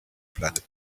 planet